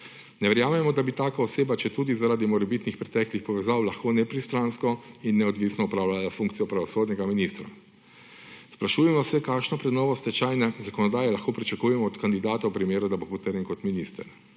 Ne verjamemo, da bi taka oseba, četudi zaradi morebitnih preteklih povezav, lahko nepristransko in neodvisno opravljala funkcijo pravosodnega ministra. Sprašujemo se, kakšno prenovo stečajne zakonodaje lahko pričakujemo od kandidata v primeru, da bo potrjen kot minister.